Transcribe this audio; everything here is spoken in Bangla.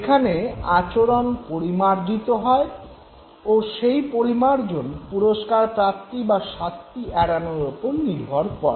এখানে আচরণ পরিমার্জিত হয় ও সেই পরিমার্জন পুরস্কার প্রাপ্তি বা শাস্তি এড়ানোর ওপর নির্ভর করে